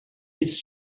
its